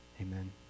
Amen